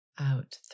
Out